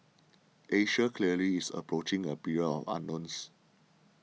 Asia clearly is approaching a period of unknowns